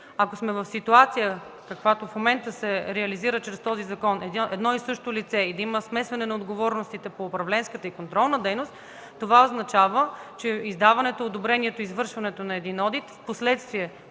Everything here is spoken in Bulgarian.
Ако сме в ситуация, каквато в момента се реализира чрез този закон – едно и също лице, и да има смесване на отговорностите по управленската и контролна дейност, това означава, че издаването, одобрението, извършването на един одит, впоследствие